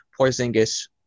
Porzingis